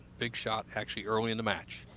big shot, actually, early in the match.